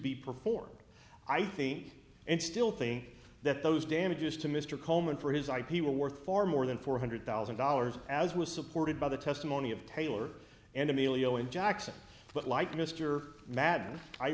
be performed i think and still think that those damages to mr coleman for his ip were worth far more than four hundred thousand dollars as was supported by the testimony of taylor and emilio in jackson but like mr mad